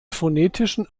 phonetischen